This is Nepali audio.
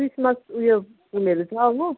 क्रिस्मस उयो फुलहरू छ हो